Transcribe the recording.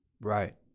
Right